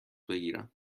بگیرم